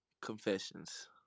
Confessions